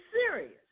serious